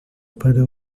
para